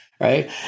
right